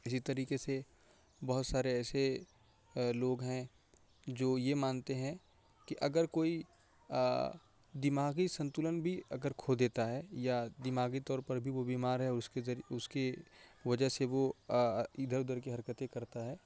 اسی طریقے سے بہت سارے ایسے لوگ ہیں جو یہ مانتے ہیں کہ اگر کوئی دماغی سنتلن بھی اگر کھو دیتا ہے یا دماغی طور پر بھی وہ بیمار ہے اس کے ذریعے اس کی وجہ سے وہ ادھر ادھر کی حرکتیں کرتا ہے